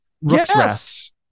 Yes